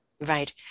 Right